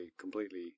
completely